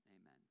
Amen